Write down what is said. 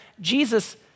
Jesus